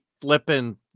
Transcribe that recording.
flipping